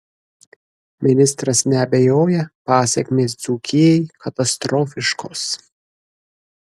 ministras neabejoja pasekmės dzūkijai katastrofiškos